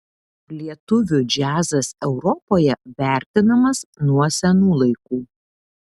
lietuvių džiazas europoje vertinamas nuo senų laikų